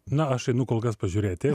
na aš einu kol kas pažiūrėti